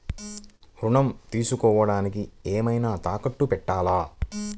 ఋణం తీసుకొనుటానికి ఏమైనా తాకట్టు పెట్టాలా?